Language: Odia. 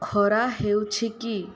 ଖରା ହେଉଛି କି